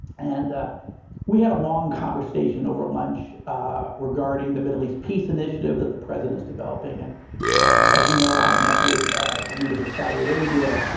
and we had a long conversation over lunch regarding the middle east peace initiative that the president is developing. and as you know, i met with ah the leaders of saudi arabia,